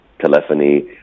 telephony